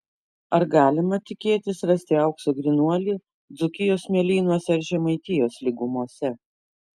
ar galima tikėtis rasti aukso grynuolį dzūkijos smėlynuose ar žemaitijos lygumose